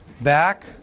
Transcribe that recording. back